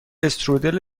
استرودل